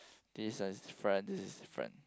this is different this is different